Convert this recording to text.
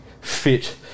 fit